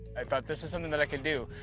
i felt this is something that i can do.